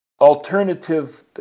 alternative